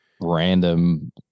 random